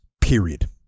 period